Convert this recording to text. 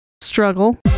struggle